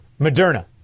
Moderna